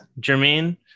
Jermaine